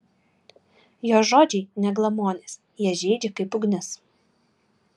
jo žodžiai ne glamonės jie žeidžia kaip ugnis